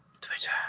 Twitter